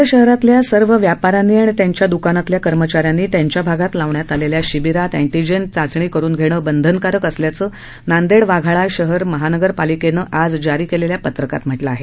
नांदेड शहरातल्या सर्व व्यापाऱ्यांनी आणि त्यांच्या दकानातल्या कर्मचाऱ्यांनी त्यांच्या भागात लावण्यात आलेल्या शिबिरात अँटीजेन चाचणी करून घेणं बंधनकारक असल्याचं नांदेड वाघाळा शहर महानगरपालिकेनं आज जारी केलेल्या पत्रकात म्हटलं आहे